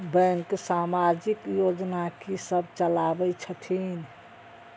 Bank समाजिक योजना की सब चलावै छथिन?